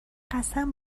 قسم